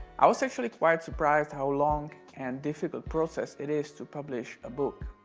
i was actually quite surprised how long and difficult process it is to publish a book.